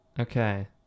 Okay